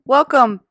Welcome